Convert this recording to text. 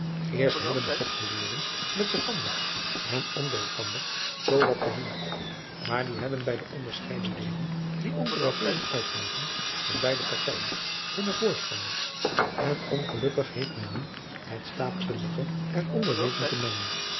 eerst hebben de godgeleerden met elkander en onder elkander zoo wat gewoeld maar die hebben bij de onderscheiden leden die onze regering uitmaken van beide partijen hunne voorstanders en ongelukkig heeft men nu het staatkundige er onder weten te mengen